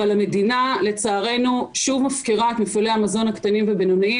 אבל המדינה לצערנו שוב מפקירה את מפעלי המזון הקטנים והבינוניים,